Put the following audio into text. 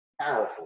powerful